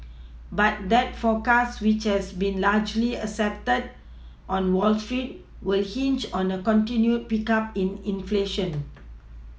but that forecast which has been largely accepted on Wall street will hinge on a continued pickup in inflation